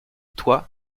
toi